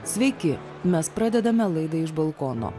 sveiki mes pradedame laidą iš balkono